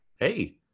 hey